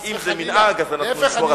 אם זה מנהג, אז אנחנו נשמור עליו.